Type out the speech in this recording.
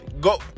go